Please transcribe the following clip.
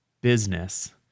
business